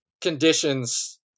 conditions